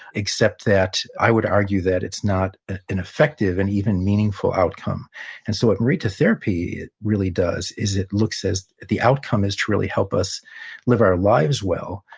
except that i would argue that it's not an effective, and even meaningful, outcome and so, what morita therapy really does is, it looks at the outcome as to really help us live our lives well,